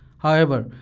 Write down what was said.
however,